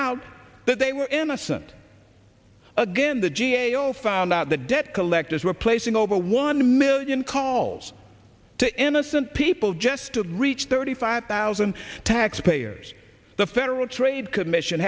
that they were innocent again the g a o found out that debt collectors were placing over one million calls to innocent people just to reach thirty five thousand taxpayers the federal trade commission